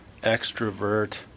extrovert